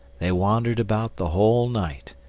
they wandered about the whole night,